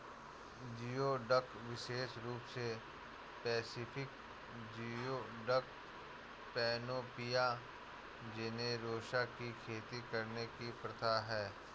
geoduck विशेष रूप से पैसिफिक जियोडक, पैनोपिया जेनेरोसा की खेती करने की प्रथा है